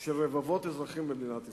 של רבבות אזרחים במדינת ישראל.